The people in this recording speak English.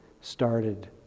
started